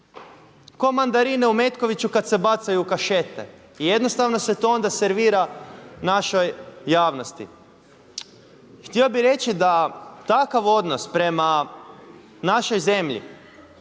ko mandarine u Metkoviću kada se bacaju u kašete, jednostavno se to onda servira našoj javnosti. Htio bi reći da takav odnos prema našoj zemlji